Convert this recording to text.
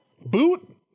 Boot